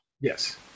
Yes